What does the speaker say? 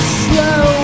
slow